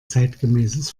zeitgemäßes